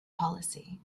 policy